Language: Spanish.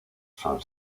son